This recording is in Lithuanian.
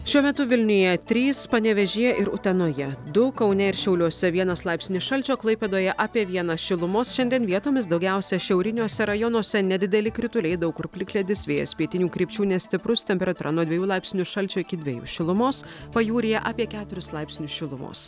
šiuo metu vilniuje trys panevėžyje ir utenoje du kaune ir šiauliuose vienas laipsnis šalčio klaipėdoje apie vieną šilumos šiandien vietomis daugiausiai šiauriniuose rajonuose nedideli krituliai daug kur plikledis vėjas pietinių krypčių nestiprus temperatūra nuo dviejų laipsnių šalčio iki dviejų šilumos pajūryje apie keturis laipsnius šilumos